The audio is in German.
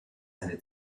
eine